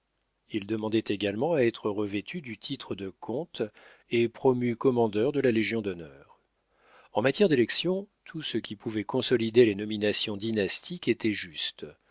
il demandait également à être revêtu du titre de comte et promu commandeur de la légion-d'honneur en matière d'élections tout ce qui pouvait consolider les nominations dynastiques était juste